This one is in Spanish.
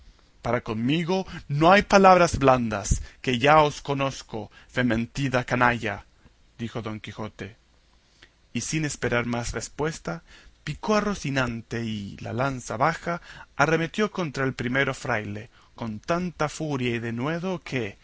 para conmigo no hay palabras blandas que ya yo os conozco fementida canalla dijo don quijote y sin esperar más respuesta picó a rocinante y la lanza baja arremetió contra el primero fraile con tanta furia y denuedo que